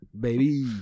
baby